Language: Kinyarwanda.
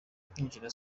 kwinjira